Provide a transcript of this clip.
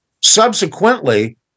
Subsequently